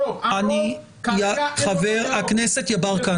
חבר הכנסת יברקן,